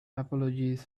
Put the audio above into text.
apologies